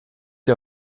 dir